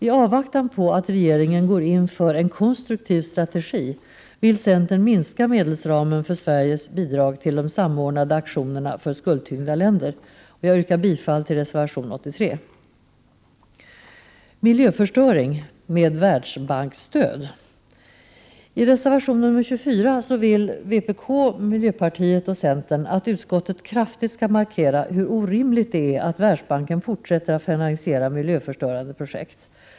I avvaktan på att regeringen går in för en konstruktiv strategi vill centern minska medelsramen för Sveriges bidrag till de samordnade aktionerna för skuldtyngda länder. Jag yrkar bifall till reservation 83. Så till frågan om miljöförstöring med Världsbanksstöd. I reservation 24 hemställer vpk, mp och c att utskottet kraftigt skall markera hur orimligt det är att Världsbanken fortsätter att finansiera miljöförstörande projekt.